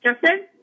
Justin